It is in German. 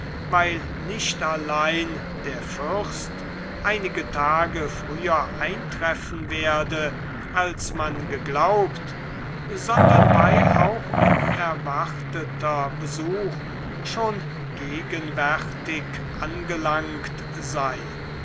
weil nicht allein der fürst einige tage früher eintreffen werde als man geglaubt sondern weil auch unerwarteter besuch schon gegenwärtig angelangt sei